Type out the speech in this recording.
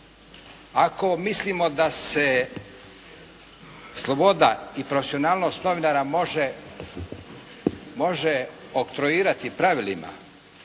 Ako mislimo da se sloboda i profesionalnost novinara može oktroirati pravilima,